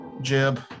Jib